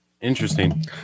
interesting